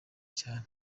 cyane